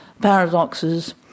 paradoxes